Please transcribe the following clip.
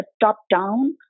top-down